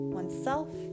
oneself